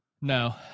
No